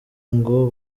ngo